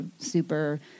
super